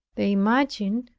they imagined,